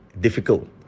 difficult